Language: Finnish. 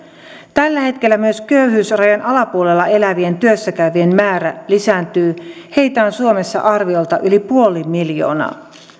tällä hetkellä myös köyhyysrajan alapuolella elävien työssä käyvien määrä lisääntyy heitä on suomessa arviolta yli puoli miljoonaa